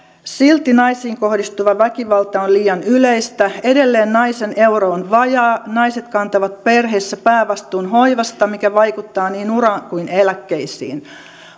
silti naisiin kohdistuva väkivalta on liian yleistä edelleen naisen euro on vajaa naiset kantavat perheissä päävastuun hoivasta mikä vaikuttaa niin uraan kuin eläkkeisiin